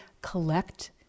collect